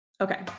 Okay